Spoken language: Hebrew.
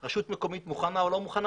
ואם רשות מקומית מוכנה או לא מוכנה.